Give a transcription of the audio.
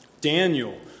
Daniel